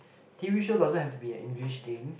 t_v show doesn't have to be an English thing